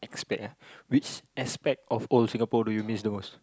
aspect eh which aspect of old Singapore do you miss the most